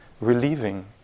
relieving